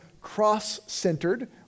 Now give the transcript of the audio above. cross-centered